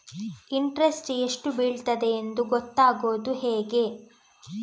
Interest ಎಷ್ಟು ಬೀಳ್ತದೆಯೆಂದು ಗೊತ್ತಾಗೂದು ಹೇಗೆ?